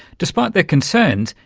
despite their concerns,